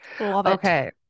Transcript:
Okay